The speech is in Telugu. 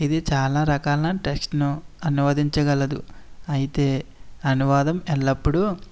ఇది చాలా రకాల టెస్ట్ను అనువదించగలదు అయితే అనువాదం ఎల్లప్పుడు